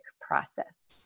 process